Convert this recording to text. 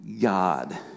God